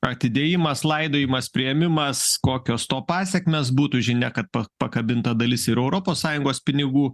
atidėjimas laidojimas priėmimas kokios to pasekmės būtų žinia kad pakabinta dalis ir europos sąjungos pinigų